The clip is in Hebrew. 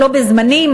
לא בזמני,